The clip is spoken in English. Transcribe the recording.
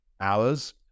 hours